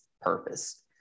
purpose